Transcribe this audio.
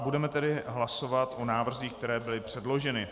Budeme tedy hlasovat o návrzích, které byly předloženy.